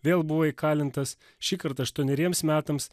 vėl buvo įkalintas šįkart aštuoneriems metams